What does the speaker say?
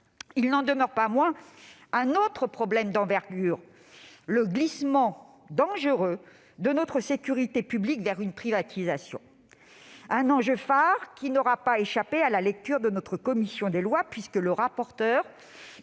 que nous pointons un autre problème d'envergure : le glissement dangereux de notre sécurité publique vers une privatisation. Il s'agit d'un enjeu phare qui n'aura pas échappé à la lecture de la commission des lois, puisque le rapporteur